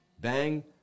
Bang